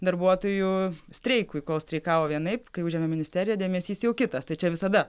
darbuotojų streikui kol streikavo vienaip kai užėmė ministeriją dėmesys jau kitas tai čia visada